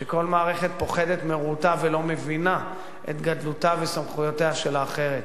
שכל מערכת פוחדת מרעותה ולא מבינה את גדלותה וסמכויותיה של האחרת.